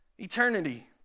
eternity